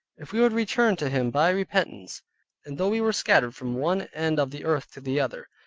if we would return to him by repentance and though we were scattered from one end of the earth to the other,